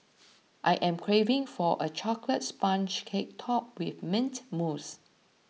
I am craving for a Chocolate Sponge Cake Topped with Mint Mousse